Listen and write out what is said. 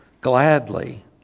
gladly